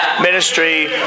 ministry